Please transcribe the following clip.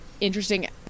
interesting